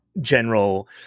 general